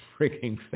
freaking